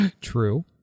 true